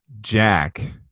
jack